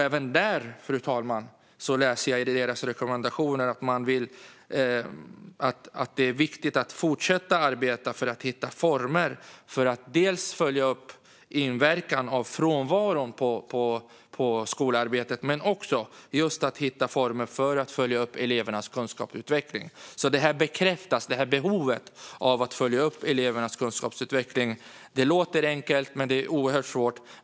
Även i Skolinspektionens rekommendationer, fru talman, kan jag läsa att det är viktigt att fortsätta att arbeta för att hitta former för att följa upp dels frånvarons inverkan på skolarbetet, dels elevernas kunskapsutveckling. Behovet av att följa upp elevernas kunskapsutveckling bekräftas alltså. Det låter enkelt, men det är oerhört svårt.